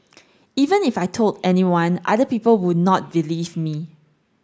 even if I told anyone other people would not believe me